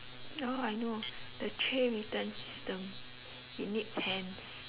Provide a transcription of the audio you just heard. oh I know the tray return systems it needs hands